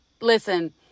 listen